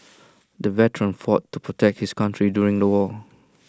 the veteran fought to protect his country during the war